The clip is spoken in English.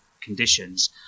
conditions